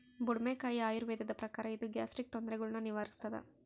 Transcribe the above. ಬುಡುಮೆಕಾಯಿ ಆಯುರ್ವೇದದ ಪ್ರಕಾರ ಇದು ಗ್ಯಾಸ್ಟ್ರಿಕ್ ತೊಂದರೆಗುಳ್ನ ನಿವಾರಿಸ್ಥಾದ